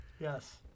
Yes